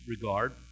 regard